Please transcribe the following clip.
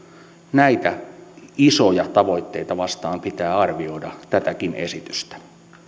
näitä isoja tavoitteita vasten pitää arvioida tätäkin esitystä